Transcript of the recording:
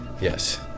Yes